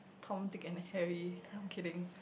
Tom Dick and Harry I'm kidding